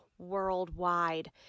worldwide